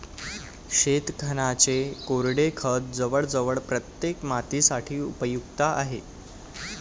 शेणखताचे कोरडे खत जवळजवळ प्रत्येक मातीसाठी उपयुक्त आहे